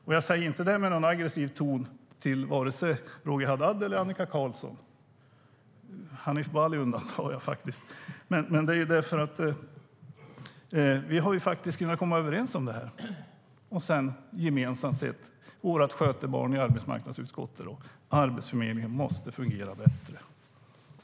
Men jag säger det inte med någon aggressiv ton till vare sig Roger Haddad eller Annika Qarlsson. Hanif Bali undantar jag faktiskt. Vi har faktiskt kunnat komma överens om detta, nämligen att vårt skötebarn i arbetsmarknadsutskottet, Arbetsförmedlingen, måste fungera bättre.